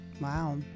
Wow